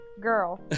girl